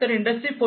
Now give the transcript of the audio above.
तर इंडस्ट्री 4